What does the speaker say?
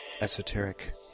esoteric